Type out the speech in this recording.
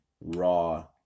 Raw